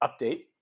update